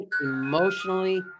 emotionally